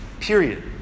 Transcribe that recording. period